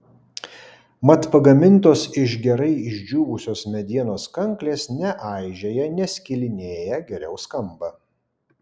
mat pagamintos iš gerai išdžiūvusios medienos kanklės neaižėja neskilinėja geriau skamba